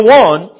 one